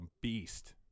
beast